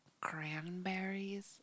cranberries